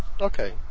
Okay